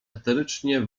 eterycznie